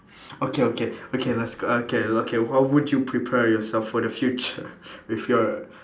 okay okay okay let's okay okay how would you prepare yourself for the future with your